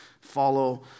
Follow